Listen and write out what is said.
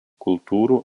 kultūrų